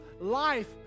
life